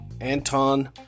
Anton